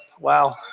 wow